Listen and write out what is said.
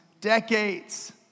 decades